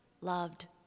loved